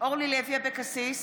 אורלי לוי אבקסיס,